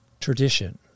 tradition